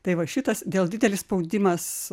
tai va šitas dėl didelis spaudimas